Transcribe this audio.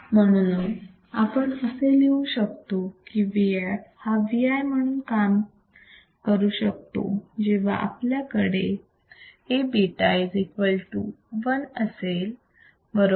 म्हणून आपण असे लिहू शकतो की Vf हा Vi म्हणून काम करू शकतो जेव्हा आपल्याकडे Aβ1 असेल बरोबर